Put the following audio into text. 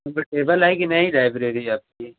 comfortable है कि नहीं लाइब्रेरी आपकी